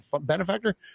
benefactor